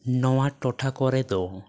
ᱱᱚᱣᱟ ᱴᱚᱴᱷᱟ ᱠᱚᱨᱮ ᱫᱚ